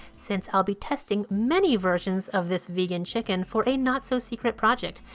since i'll be testing many versions of this vegan chicken for a not-so-secret project.